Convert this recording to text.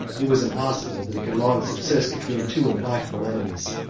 it was impossible that it could long subsist between two implacable enemies,